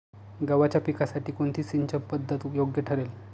गव्हाच्या पिकासाठी कोणती सिंचन पद्धत योग्य ठरेल?